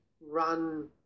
run